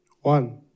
one